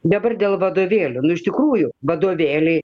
dabar dėl vadovėlių nu iš tikrųjų vadovėliai